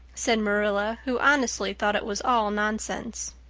said marilla, who honestly thought it was all nonsense.